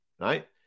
right